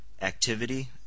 Activity